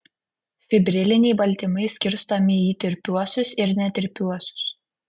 fibriliniai baltymai skirstomi į tirpiuosius ir netirpiuosius